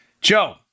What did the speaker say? Joe